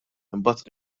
imbagħad